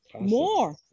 more